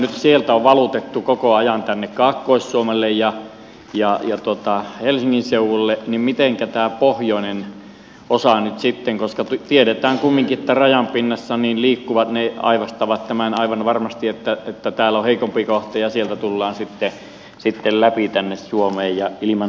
nyt sieltä on valutettu rajavartioita koko ajan tänne kaakkois suomeen ja helsingin seudulle joten mitenkä tämä pohjoinen osa nyt sitten koska tiedetään kumminkin että rajan pinnassa liikkuvat aavistavat tämän aivan varmasti että siellä on heikompi kohta ja sieltä tullaan sitten läpi tänne suomeen ja ilman lupia